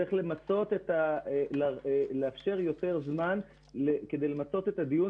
צריך לאפשר יותר זמן כדי למצות את הדיון